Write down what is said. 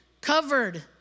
covered